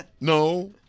no